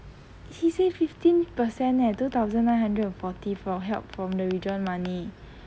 he say fifteen percent eh two thousand nine hundred and forty for help from the withdrawn money